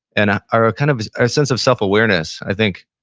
and ah our ah kind of ah sense of self awareness, i think,